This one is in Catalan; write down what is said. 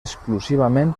exclusivament